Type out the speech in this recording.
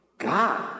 God